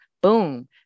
Boom